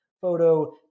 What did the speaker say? photo